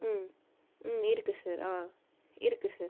ம் ம் இருக்கு சார் ஆ இருக்கு சார்